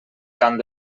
cant